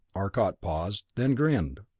arcot paused, then grinned.